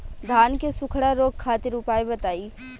धान के सुखड़ा रोग खातिर उपाय बताई?